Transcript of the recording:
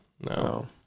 No